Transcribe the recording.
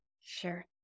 Sure